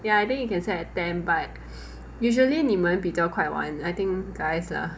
ya I think you can set at ten but usually 你们比较快 [one] I think guys lah